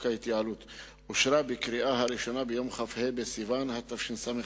אושרה בקריאה הראשונה ביום כ"ה בסיוון התשס"ט,